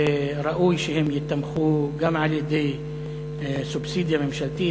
וראוי שהם ייתמכו גם על-ידי סובסידיה ממשלתית,